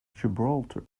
gibraltar